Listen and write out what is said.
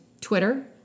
Twitter